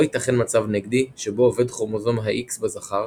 לא ייתכן מצב נגדי שבו אובד כרומוזום ה-X בזכר